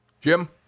Jim